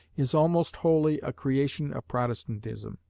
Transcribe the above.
is almost wholly a creation of protestantism.